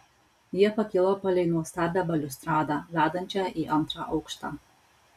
jie pakilo palei nuostabią baliustradą vedančią į antrą aukštą